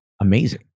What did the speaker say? amazing